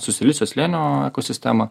su silicio slėnio ekosistema